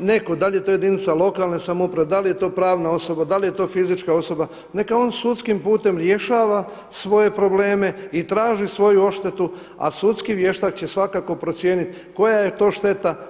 neko da li je to jedinica lokalne samouprave, da li je to pravna osoba, da li je to fizička osoba neka on sudskim putem rješava svoje probleme i traži svoju odštetu, a sudski vještak će svakako procijeniti koja je to šteta.